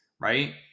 right